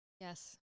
Yes